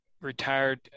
retired